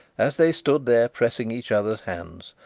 as they stood there pressing each other's hands,